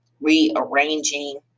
rearranging